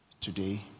today